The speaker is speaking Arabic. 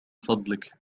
فضلك